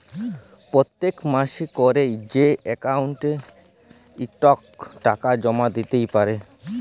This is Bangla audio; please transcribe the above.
পত্তেক মাসে ক্যরে যে অক্কাউল্টে ইকট টাকা জমা দ্যিতে পারে